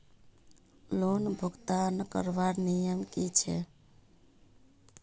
Loan भुगतान करवार नियम की छे?